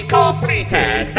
completed